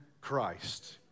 Christ